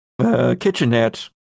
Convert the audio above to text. kitchenette